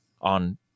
on